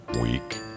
week